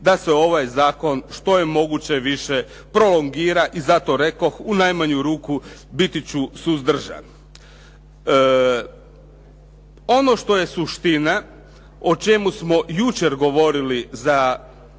da se ovaj zakon što je moguće više prolongira. I zato rekoh, u najmanju ruku biti ću suzdržan. Ono što je suština, o čemu smo jučer govorili za